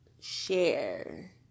share